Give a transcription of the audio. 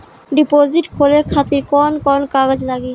Deposit खोले खातिर कौन कौन कागज लागी?